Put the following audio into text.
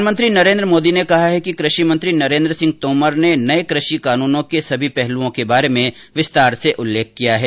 प्रधानमंत्री नरेन्द्र मोदी ने कहा है कि कृषि मंत्री नरेन्द्र सिंह तोमर ने नये कृषि कानूनों के सभी पहलुओं के बारे में विस्तार से उल्लेख किया है